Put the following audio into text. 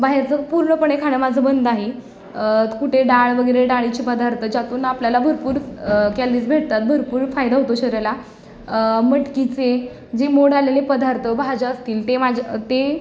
बाहेरचं पूर्णपणे खाणं माझं बंद आहे कुठे डाळ वगैरे डाळीचे पदार्थ ज्यातून आपल्याला भरपूर कॅलरिज भेटतात भरपूर फायदा होतो शरीराला मटकीचे जे मोड आलेले पदार्थ भाज्या असतील ते माझ्या ते